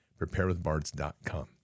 preparewithbards.com